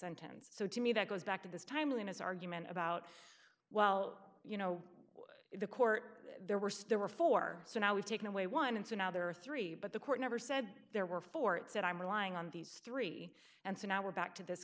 sentence so to me that goes back to this timeliness argument about well you know the court there were still are four so now we've taken away one and so now there are three but the court never said there were four it said i'm relying on these three and so now we're back to this